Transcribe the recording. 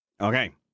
Okay